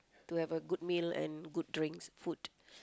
to have a good meal and good drinks food